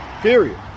Period